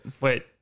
Wait